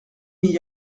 n’y